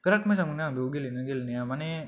बिराथ मोजां मोनो आं बिखौ गेलेनो गेलेनाया माने